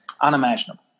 unimaginable